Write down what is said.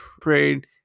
prayed